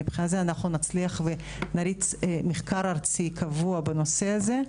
אנחנו נצליח ונריץ מחקר ארצי קבוע בנושא הזה.